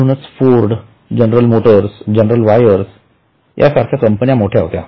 म्हणूनच Ford General Motors General wires सारख्या कंपन्या मोठ्या होत्या